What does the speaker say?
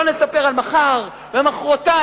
לא נספר על מחר ומחרתיים.